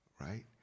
right